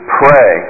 pray